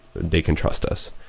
they can trust us.